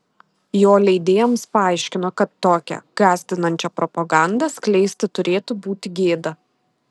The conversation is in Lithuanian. jo leidėjams paaiškino kad tokią gąsdinančią propagandą skleisti turėtų būti gėda